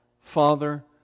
Father